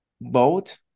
boat